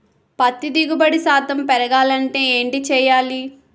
పత్తి దిగుబడి శాతం పెరగాలంటే ఏంటి చేయాలి?